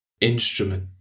instrument